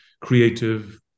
creative